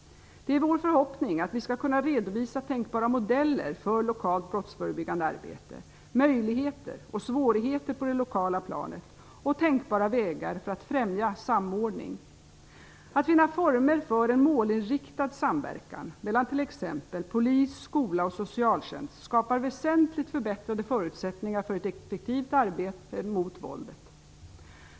Det är vår förhoppning att vi skall kunna redovisa tänkbara modeller för lokalt brottsförebyggande arbete, möjligheter och svårigheter på det lokala planet och tänkbara vägar för att främja samordning. Att finna former för en målinriktad samverkan mellan t.ex. polis, skola och socialtjänst skapar väsentligt förbättrade förutsättningar för ett effektivt arbete mot våldet.